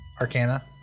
Arcana